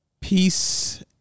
Peace